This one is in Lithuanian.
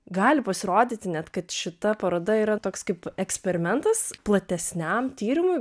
gali pasirodyti net kad šita paroda yra toks kaip eksperimentas platesniam tyrimui